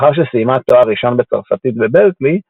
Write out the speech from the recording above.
לאחר שסיימה תואר ראשון בצרפתית בברקלי,